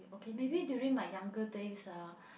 K maybe during my younger days ah